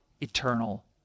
eternal